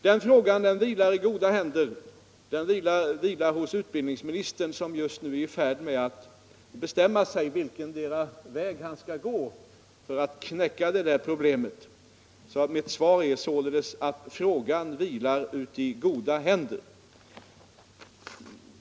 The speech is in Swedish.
Den frågan ligger hos utbildningsministern, som just nu är i färd med att bestämma sig för vilken väg han skall gå för att knäcka problemet. Mitt svar är således att frågan vilar i goda händer.